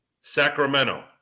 Sacramento